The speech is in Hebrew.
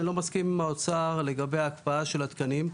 אני לא מסכים עם האוצר לגבי ההקפאה של התקנים.